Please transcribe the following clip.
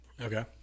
Okay